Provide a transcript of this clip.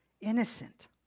innocent